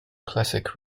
classic